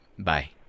Bye